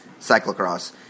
cyclocross